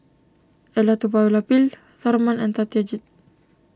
Elattuvalapil Tharman and Satyajit